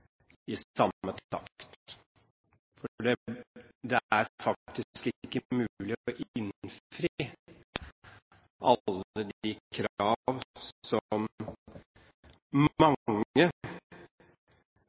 i samme takt, for det er faktisk ikke mulig å innfri alle de krav som mange finner stadig mer naturlig å sette fram. Dette er noe av